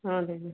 ହଁ